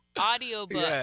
audiobook